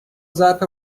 ظرف